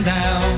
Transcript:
now